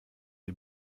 die